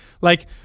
Like-